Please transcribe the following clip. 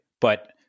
But-